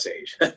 age